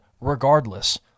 regardless